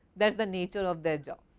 that is the nature of their job